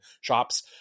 shops